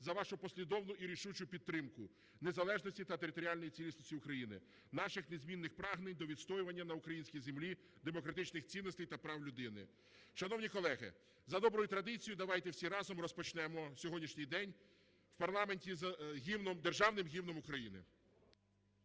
за вашу послідовну і рішучу підтримку незалежності та територіальної цілісності України, наших незмінних прагнень до відстоювання на українській землі демократичних цінностей та прав людини. Шановні колеги, за доброю традицією давайте всі разом розпочнемо сьогоднішній день у парламенті Державним Гімном України.